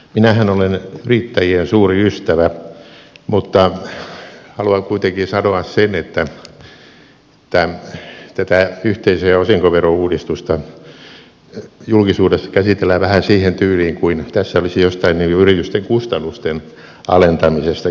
minähän olen yrittäjien suuri ystävä mutta haluan kuitenkin sanoa sen että tätä yhteisö ja osinkoverouudistusta julkisuudessa käsitellään vähän siihen tyyliin kuin tässä olisi jostain yritysten kustannusten alentamisesta kysymys